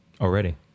already